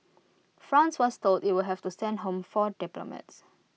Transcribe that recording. France was told IT would have to send home four diplomats